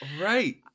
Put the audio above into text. Right